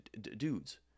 dudes